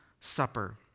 supper